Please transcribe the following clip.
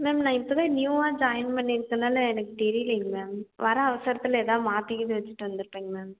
ma'am நான் இப்போ தான் நியூவாக ஜாயின் பண்ணிருக்குறதுனால எனக்கு தெரிலைங்க மேம் வர அவசரத்தில் ஏதாவது மாற்றிக் கீத்தி வைச்சிட்டு வந்துருப்பேங்க மேம்